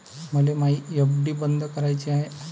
मले मायी एफ.डी बंद कराची हाय